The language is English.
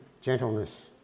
gentleness